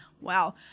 Wow